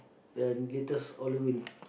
the latest Halloween